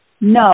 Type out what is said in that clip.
No